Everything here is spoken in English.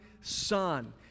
son